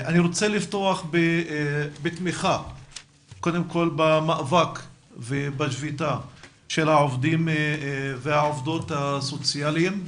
אני רוצה לפתוח בתמיכה במאבק ובשביתה של העובדים והעובדות הסוציאליים.